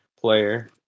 player